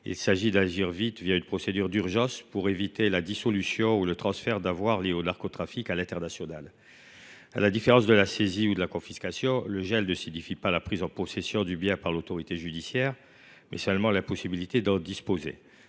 Il s’agit d’agir vite, une procédure d’urgence, pour éviter la dissolution ou le transfert d’avoirs liés au narcotrafic à l’international. À la différence de la saisie ou de la confiscation, le gel ne signifie pas la prise de possession du bien par l’autorité judiciaire, mais seulement la possibilité d’en disposer.